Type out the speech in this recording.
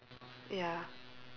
ya